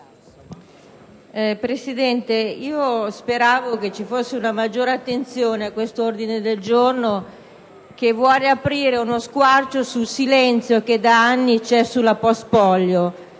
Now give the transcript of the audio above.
Presidente, speravo vi fosse una maggiore attenzione a questo ordine del giorno, che vuole aprire uno squarcio sul silenzio che da anni c'è sulla sindrome post-polio.